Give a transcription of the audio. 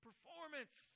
performance